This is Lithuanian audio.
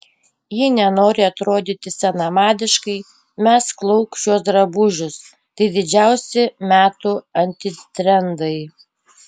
jei nenori atrodyti senamadiškai mesk lauk šiuos drabužius tai didžiausi metų antitrendai